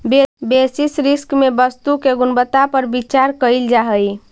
basis risk में वस्तु के गुणवत्ता पर भी विचार कईल जा हई